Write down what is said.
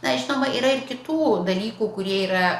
na žinoma yra ir kitų dalykų kurie yra